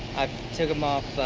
i took them off